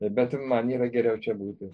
bet man yra geriau čia būti